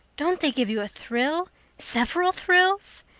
don't they give you a thrill several thrills?